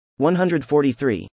143